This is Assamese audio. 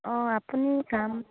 অঁ আপুনি যাম